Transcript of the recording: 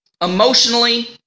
emotionally